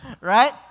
Right